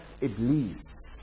Iblis